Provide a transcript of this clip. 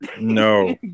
No